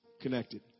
connected